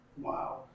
Wow